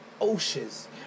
oceans